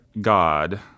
God